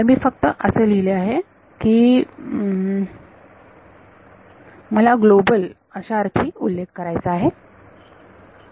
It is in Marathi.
तर मी फक्त असे लिहिले की मला ग्लोबल अशा अर्थी उल्लेख करायचा आहे